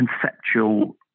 conceptual